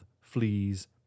fleas